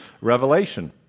Revelation